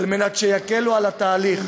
כדי שיקלו על התהליך.